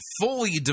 fully